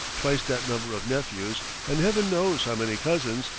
twice that number of nephews, and heaven knows how many cousins,